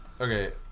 Okay